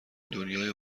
دنیای